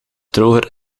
droger